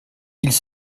ils